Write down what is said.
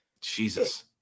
Jesus